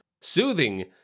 Soothing